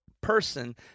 person